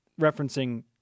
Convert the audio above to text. referencing